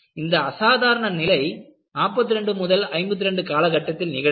இந்த அசாதாரண நிலை 42 முதல் 52 காலகட்டத்தில் நிகழ்ந்தது